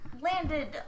landed